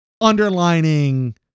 Underlining